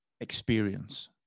experience